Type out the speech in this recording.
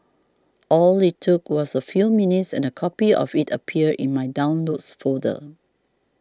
all it took was a few minutes and a copy of it appeared in my Downloads folder